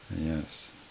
Yes